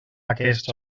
aquests